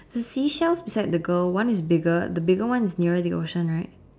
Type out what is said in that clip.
the seashells beside the girl one is bigger the bigger one is nearer the ocean right